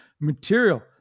material